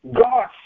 God